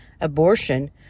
abortion